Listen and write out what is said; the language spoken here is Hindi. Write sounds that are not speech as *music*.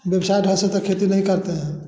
*unintelligible* तक खेती नहीं करते हैं